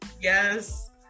Yes